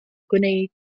gwneud